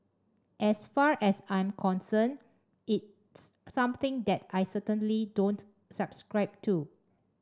as far as I'm concerned it's something that I certainly don't subscribe to